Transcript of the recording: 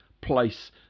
place